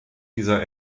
dieser